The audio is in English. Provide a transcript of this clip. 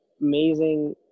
amazing